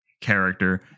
character